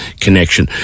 connection